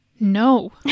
no